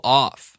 off